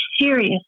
serious